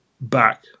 back